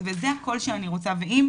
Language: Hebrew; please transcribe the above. וזה הקול שאני רוצה ואם,